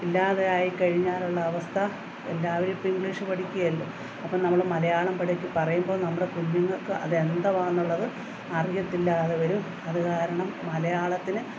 ഇല്ലാതെ ആയിക്കഴിഞ്ഞാലുള്ള അവസ്ഥ എല്ലാവരും ഇപ്പം ഇംഗ്ളീഷ് പഠിക്കുകയല്ലെ അപ്പോൾ നമ്മൾ മലയാളം പഠിക്കാാൻ പറയുമ്പോൾ നമ്മടെ കുഞ്ഞുങ്ങൾക്ക് അതെന്തുവാണ് എന്നുള്ളത് അറിയത്തില്ലാതെ വരും അത് കാരണം മലയാളത്തിന്